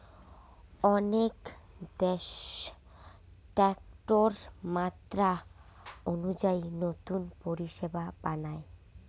অনেক দ্যাশ ট্যাক্সের মাত্রা অনুযায়ী নতুন পরিষেবা বানায়